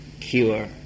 cure